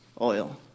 oil